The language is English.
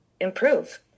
improve